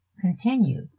continue